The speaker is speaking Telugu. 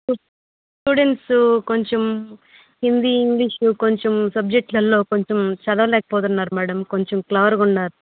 స్టూడెంట్సు కొంచెం హిందీ ఇంగ్లీషు కొంచెం సబ్జెక్ట్లల్లో కొంచెం చదవలేకపోతున్నారు మేడమ్ కొంచెం క్లెవర్గ ఉన్నారు